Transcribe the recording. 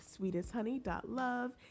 sweetesthoney.love